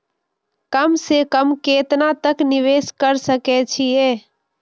कम से कम केतना तक निवेश कर सके छी ए?